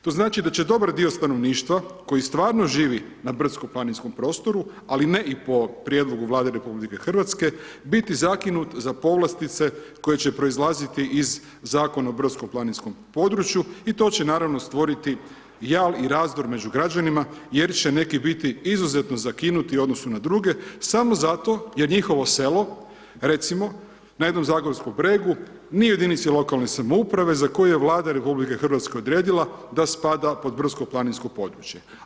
To znači da će dobar dio stanovništva koji stvarno živi na brdsko planinskom prostoru ali ne i po prijedlogu Vlade RH biti zakinut za povlastice koje će proizlaziti iz Zakona o brdsko planinskom području i to će naravno stvoriti jal i razdor među građanima jer će neki biti izuzetno zakinuti u odnosu na druge samo zato jer njihovo selo recimo na jednom zagorskom bregu ni jedinici lokalne samouprave za koju je Vlada RH odredila da spada pod brdsko planinsko područje.